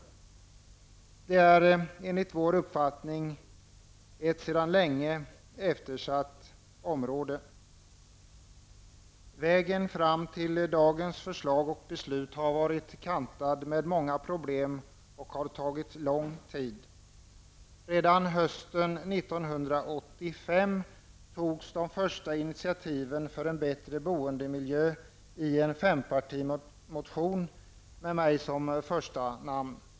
Det är enligt vår uppfattning ett sedan länge eftersatt område. Vägen fram till dagens förslag och beslut har varit kantad med många problem och varit lång. Redan hösten 1985 togs de första initiativen för en bättre boendemiljö i en fempartimotion där jag stod som första namn.